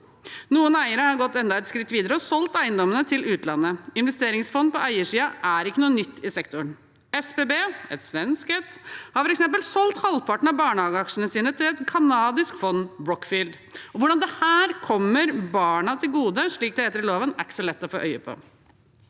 Noen eiere har gått enda et skritt videre og solgt eiendommene til utlandet. Investeringsfond på eiersiden er ikke noe nytt i sektoren. For eksempel har SBB, et svensk selskap, solgt halvparten av barnehageaksjene sine til et kanadisk fond, Brookfield. Hvordan dette kommer barna til gode, slik det heter i loven, er ikke så lett å få øye på.